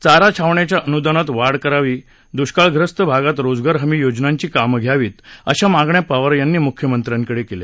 चारा छावण्याच्या अनुदानात वाढ करावी दुष्काळग्रस्त भागात रोजगार हमी योजनारी कामख्यिावीत अशा मागण्या पवार यातीी मुख्यमत्रिक्विडे केल्या